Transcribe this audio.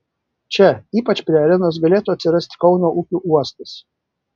čia ypač prie arenos galėtų atsirasti kauno upių uostas